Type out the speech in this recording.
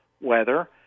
weather